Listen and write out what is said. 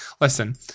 listen